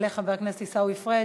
יעלה חבר הכנסת עיסאווי פריג'.